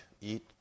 eat